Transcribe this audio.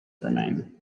remain